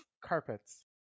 carpets